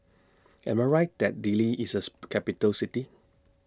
Am I Right that Dili IS as Capital City